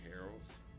harold's